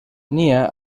nia